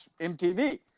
MTV